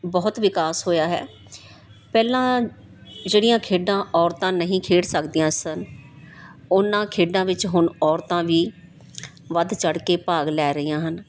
ਬਹੁਤ ਵਿਕਾਸ ਹੋਇਆ ਹੈ ਪਹਿਲਾਂ ਜਿਹੜੀਆਂ ਖੇਡਾਂ ਔਰਤਾਂ ਨਹੀਂ ਖੇਡ ਸਕਦੀਆਂ ਸਨ ਉਹਨਾਂ ਖੇਡਾਂ ਵਿੱਚ ਹੁਣ ਔਰਤਾਂ ਵੀ ਵੱਧ ਚੜ੍ਹ ਕੇ ਭਾਗ ਲੈ ਰਹੀਆਂ ਹਨ